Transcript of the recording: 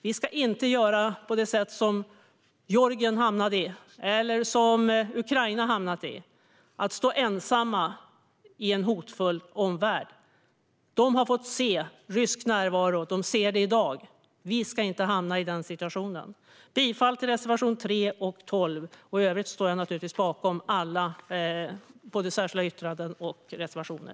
Vi ska inte hamna i den situation som Georgien och Ukraina hamnade i: att stå ensamma i en hotfull omvärld. De har fått se rysk närvaro. De ser det i dag. Vi ska inte hamna i den situationen. Jag yrkar bifall till reservationerna 3 och 12. I övrigt står jag naturligtvis bakom alla särskilda yttranden och reservationer.